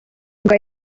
ngo